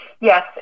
Yes